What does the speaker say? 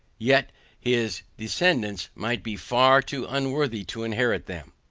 yet his descendants might be far too unworthy to inherit them.